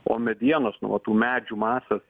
o medienos nu va tų medžių masės